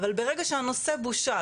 אבל ברגע שהנושא בושל,